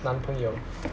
男朋友